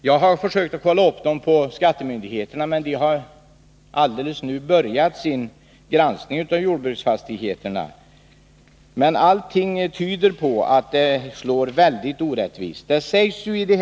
Jag har försökt att kontrollera dem på skattemyndigheterna, men det har inte varit möjligt, för där har man alldeles nyligen börjat sin granskning av deklarationerna för jordbruksfastigheter. Allting tyder emellertid på att de nya bestämmelserna slår väldigt orättvist.